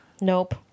Nope